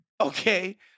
Okay